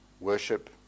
worship